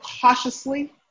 cautiously